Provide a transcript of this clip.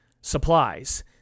supplies